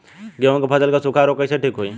गेहूँक फसल क सूखा ऱोग कईसे ठीक होई?